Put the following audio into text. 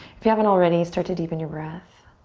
if you haven't already, start to deepen your breath.